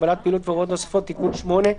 (הגבלת פעילות והוראות נוספות) (תיקון מס' 8),